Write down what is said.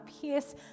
pierce